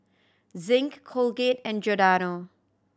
Zinc Colgate and Giordano